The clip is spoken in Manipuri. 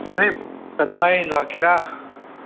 ꯅꯣꯏ ꯑꯗꯨꯃꯥꯏꯅ ꯂꯥꯛꯀꯦꯔꯥ